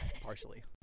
partially